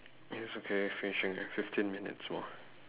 it's okay finishing ya fifteen minutes more